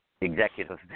executive